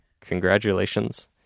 Congratulations